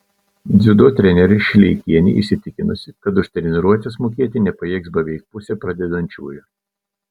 dziudo trenerė šileikienė įsitikinusi kad už treniruotes mokėti nepajėgs beveik pusė pradedančiųjų